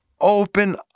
open